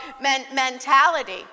mentality